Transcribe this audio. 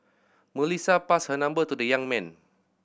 Melissa passed her number to the young man